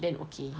then okay